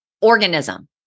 organism